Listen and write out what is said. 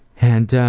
and